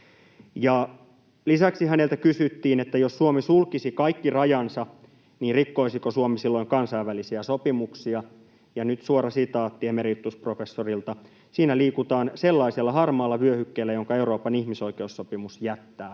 Lisäksi häneltä kysyttiin, että jos Suomi sulkisi kaikki rajansa, niin rikkoisiko Suomi silloin kansainvälisiä sopimuksia. Ja nyt suora sitaatti emeritusprofessorilta: ”Siinä liikutaan sellaisella harmaalla vyöhykkeellä, jonka Euroopan ihmisoikeussopimus jättää.”